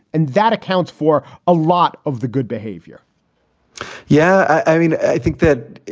and that accounts for a lot of the good behavior yeah. i mean, i think that,